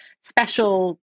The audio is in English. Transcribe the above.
special